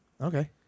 Okay